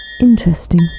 Interesting